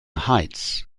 heights